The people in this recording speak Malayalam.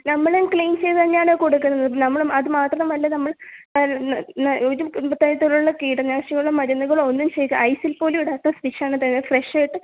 നമ്മളും ക്ലീൻ ചെയ്തുതന്നെയാണ് കൊടുക്കുന്നത് നമ്മളും അതുമാത്രമല്ല നമ്മൾ ഒരു തരത്തിലുള്ള കീടനാശിനികളും മരുന്നുകളും ഒന്നും ചെയ്യുക ഐസിൽ പോലും ഇടാത്ത ഫിഷാണ് തരുക ഫ്രഷായിട്ട്